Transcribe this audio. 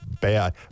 bad